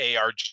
ARG